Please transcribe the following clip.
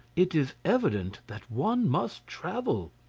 it is evident that one must travel.